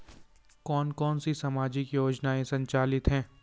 कौन कौनसी सामाजिक योजनाएँ संचालित है?